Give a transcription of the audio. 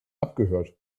abgehört